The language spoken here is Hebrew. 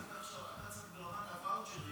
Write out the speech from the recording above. אתה צריך ברמת הוואוצ'רים